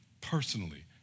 personally